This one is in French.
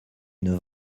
une